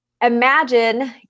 Imagine